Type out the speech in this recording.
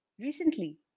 Recently